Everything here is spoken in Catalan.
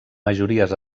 majories